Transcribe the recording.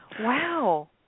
Wow